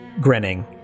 grinning